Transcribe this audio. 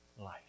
life